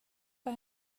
för